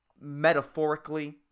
metaphorically